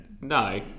no